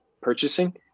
purchasing